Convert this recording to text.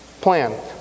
plan